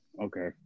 Okay